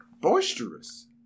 boisterous